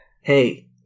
Hey